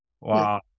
Wow